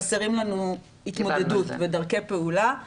חסרים לנו התמודדות ודרכי פעולה.